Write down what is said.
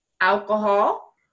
alcohol